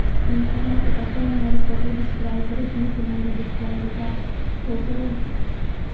इ'यां तुसें इक फाक्कै इन्ने हारे फोटो डिसक्राइब करो उसी में उसी किन्ना बड़ा डिसक्राइब कीता फोटो